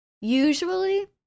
Usually